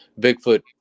Bigfoot